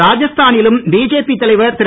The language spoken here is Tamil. ராஜஸ்தானிலும் பிஜேபி தலைவர் திரு